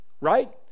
right